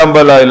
גם בלילה.